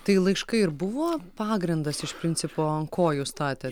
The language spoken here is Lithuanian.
tai laiškai ir buvo pagrindas iš principo ant kojų statė